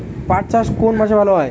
পাট চাষ কোন মাসে ভালো হয়?